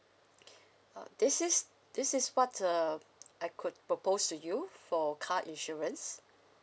okay uh this is this is what uh I could propose to you for car insurance